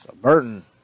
Burton